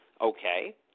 Okay